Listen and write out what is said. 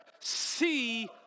see